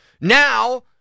Now